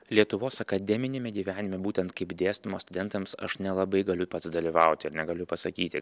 lietuvos akademiniame gyvenime būtent kaip dėstoma studentams aš nelabai galiu pats dalyvauti ir negaliu pasakyti